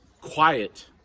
quiet